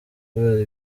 kubera